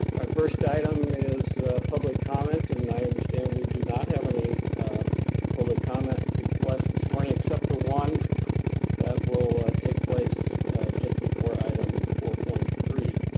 our first item is public comment, and i understand we do not have any ah public comment requests this morning except for one that will take place just before item four point three.